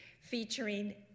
featuring